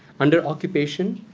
under occupation,